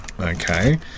Okay